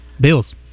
Bills